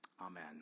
Amen